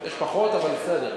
יש פחות, אבל בסדר.